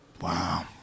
Wow